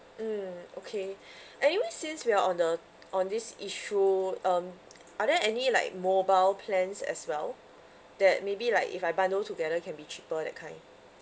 mm okay anyway since we are on the on this issue um are there any like mobile plans as well that maybe like if I bundle together can be cheaper that kind